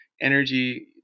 energy